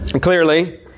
Clearly